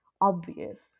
obvious